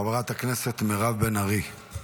חברת הכנסת מירב בן ארי.